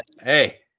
Hey